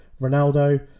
Ronaldo